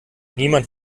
niemand